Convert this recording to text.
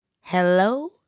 Hello